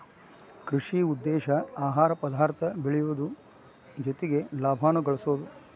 ಕೃಷಿ ಉದ್ದೇಶಾ ಆಹಾರ ಪದಾರ್ಥ ಬೆಳಿಯುದು ಜೊತಿಗೆ ಲಾಭಾನು ಗಳಸುದು